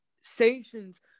stations